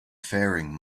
faring